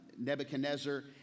Nebuchadnezzar